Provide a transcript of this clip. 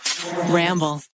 Ramble